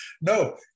No